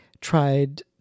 tried